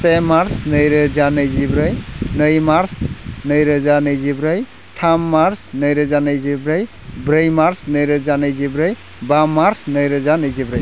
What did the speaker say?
से मार्च नैरोजा नैजिब्रै नै मार्च नैरोजा नैजिब्रै थाम मार्च नैरोजा नैजिब्रै ब्रै मार्च नैरोजा नैजिब्रै बा मार्च नैरोजा नैजिब्रै